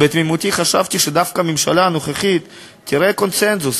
בתמימותי חשבתי שדווקא הממשלה הנוכחית תראה קונסנזוס,